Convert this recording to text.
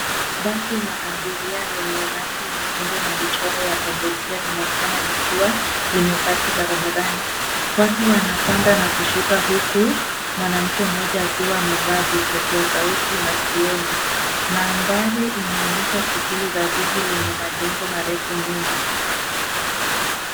Basi la abiria lenye rangi nyekundu na vichoro ya kuvutia linaonekana likiwa limepaki barabarani. Watu wanapanda na kushuka huku mwanamke mmoja akiwa amevaa vipokea sauti masikioni. Mandhari inaonesha shughuli za jiji lenye majengo marefu nyuma.